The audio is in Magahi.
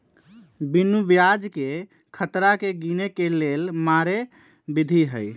बिनु ब्याजकें खतरा के गिने के लेल मारे विधी हइ